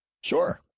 Sure